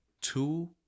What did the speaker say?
two